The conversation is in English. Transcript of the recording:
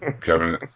Kevin